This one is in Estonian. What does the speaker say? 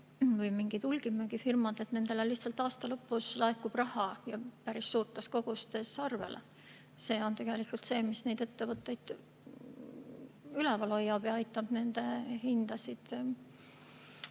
või mingid hulgimüügifirmad, et nendele lihtsalt aasta lõpus laekub raha päris suurtes kogustes arvele. See on tegelikult see, mis neid ettevõtteid üleval hoiab ja aitab nende hindasid